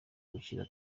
gukina